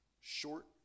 short